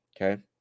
Okay